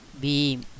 beam